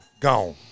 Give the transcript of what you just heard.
gone